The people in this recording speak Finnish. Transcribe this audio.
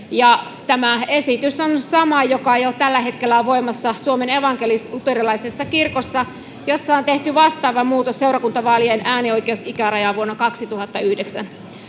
Tämä esitys on samanlainen, joka jo tällä hetkellä on voimassa Suomen evankelis-luterilaisessa kirkossa, jossa on tehty vastaava muutos seurakuntavaalien äänioikeusikärajaan vuonna 2009.